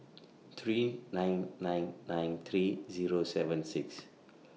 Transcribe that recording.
three nine nine nine three Zero seven six